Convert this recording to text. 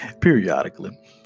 periodically